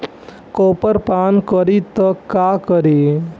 Copper पान करी त का करी?